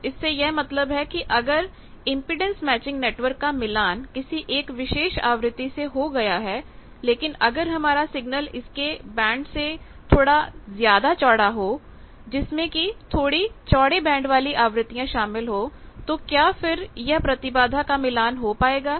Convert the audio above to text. तो इससे यह मतलब है कि अगर इंपेडेंस मैचिंग नेटवर्क का मिलान किसी एक विशेष आवृत्ति से हो गया है लेकिन अगर हमारा सिग्नल इसके बैंड से थोड़ा ज्यादा चौड़ा हो जिसमें की थोड़ी चौड़े बैंड वाली आवृत्तियां शामिल हो तो क्या फिर यह प्रतिबाधा का मिलान हो पाएगा